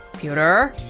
pewter